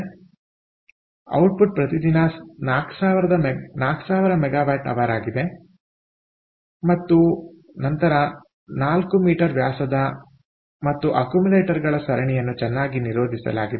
ಆದ್ದರಿಂದ ಔಟ್ಪುಟ್ ಪ್ರತಿದಿನ 4000 MWH ಆಗಿದೆ ಸರಿ ಮತ್ತು ನಂತರ 4 m ವ್ಯಾಸದ ಮತ್ತು ಅಕ್ಯೂಮುಲೇಟರ್ಗಳ ಸರಣಿಯನ್ನು ಚೆನ್ನಾಗಿ ನಿರೋಧಿಸಲಾಗಿದೆ